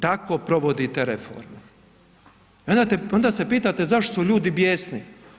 Tako provodite reforme i onda se pitate zašto su ljudi bijesni.